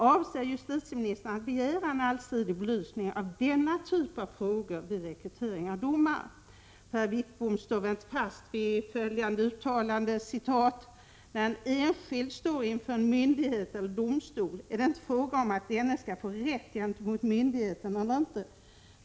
Avser justitieministern att begära en allsidig belysning av denna typ av frågor vid rekrytering av domare? För herr Wickbom står väl inte fast vid följande uttalande: ”När en enskild står inför en myndighet eller domstol är det inte fråga om att denne skall få rätt gentemot myndigheten eller inte.